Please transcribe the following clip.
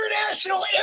International